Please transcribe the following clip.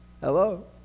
Hello